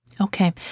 Okay